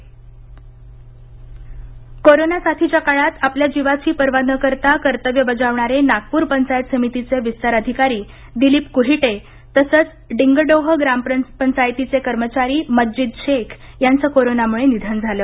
कोविडकवच corona साथीच्या काळात आपल्या जीवाची पर्वा न करता कर्तव्य बजावणारे नागपूर पंचायत समितीचे विस्तार अधिकारी दिलीप कुहीटे तसंच डिंगडोह ग्रामपंचायतीचे कर्मचारी मज्जिद शेख यांचं कोरोनामुळे निधन झालं